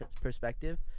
perspective